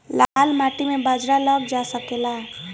लाल माटी मे बाजरा लग सकेला?